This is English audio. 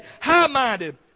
high-minded